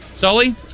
Sully